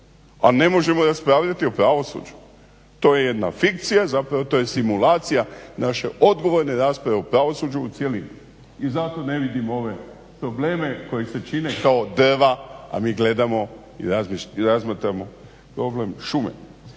a ne možemo raspravljati o pravosuđu. To je jedna fikcija zapravo to je simulacija naše odgovorne rasprave o pravosuđu u cjelini. I zato ne vidim ove probleme koji se čine kao drva a mi gledamo i razmatramo problem šume.